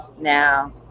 Now